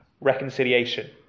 reconciliation